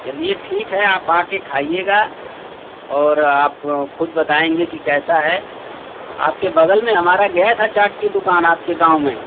चलिए ठीक है आप आके खाइएगा और आप खुद बताएंगे की कैसा है आपके बगल में हमारा गया था चाट की दुकान आपके गाँव में